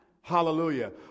Hallelujah